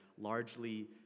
largely